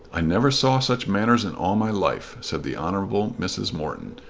i never saw such manners in all my life, said the honourable mrs. morton,